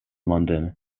london